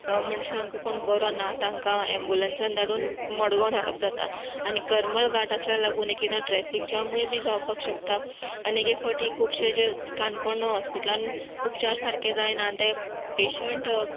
मनशाक कोण बरो ना तांका ऍबुलन्सान धाडून मडगांव धाडप जाता आनी करमळ घाट आसल्या लागून एकएकेदा ट्रेफिक जामुय बी जावपाक शकता आनी एक एक फावटी खुबशें जे काणकोण जे हॉस्पिटलान उपचार सारके जायनात ते पेशंट